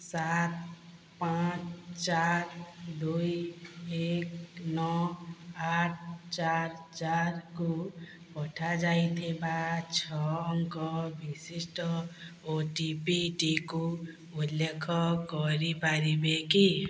ସାତ ପାଞ୍ଚ ଚାରି ଦୁଇ ଏକ ନଅ ଆଠ ଚାର ଚାରକୁ ପଠାଯାଇଥିବା ଛଅ ଅଙ୍କ ବିଶିଷ୍ଟ ଓ ଟି ପି ଟିକୁ ଉଲ୍ଲେଖ କରିପାରିବେ କି